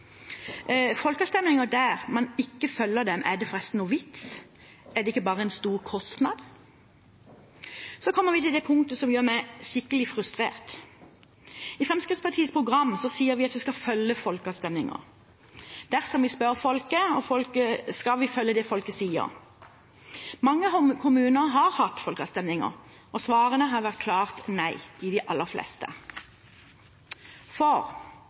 Folkeavstemninger der man ikke følger dem, er det forresten noen vits? Er det ikke bare en stor kostnad? Så kommer vi til det punktet som gjør meg skikkelig frustrert. I Fremskrittspartiets program sier vi at vi skal følge resultatet av folkeavstemninger. Dersom vi spør folket, skal vi følge det folket sier. Mange kommuner har hatt folkeavstemninger, og svaret har vært klart nei i de aller fleste.